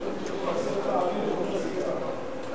אכיפה סביבתית היא